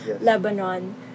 Lebanon